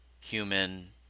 human